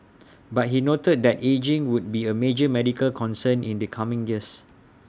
but he noted that ageing would be A major medical concern in the coming years